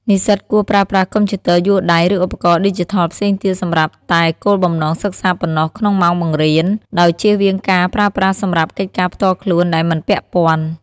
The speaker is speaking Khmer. និស្សិតគួរប្រើប្រាស់កុំព្យូទ័រយួរដៃ ឬឧបករណ៍ឌីជីថលផ្សេងទៀតសម្រាប់តែគោលបំណងសិក្សាប៉ុណ្ណោះក្នុងម៉ោងបង្រៀន ដោយជៀសវាងការប្រើប្រាស់សម្រាប់កិច្ចការផ្ទាល់ខ្លួនដែលមិនពាក់ព័ន្ធ។